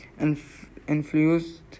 influenced